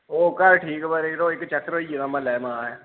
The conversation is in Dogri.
ओह् घर ठीक यरो इक चक्कर होई गेदा म्हल्लै माए